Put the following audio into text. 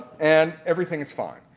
and everything is fine.